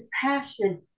passion